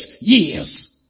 years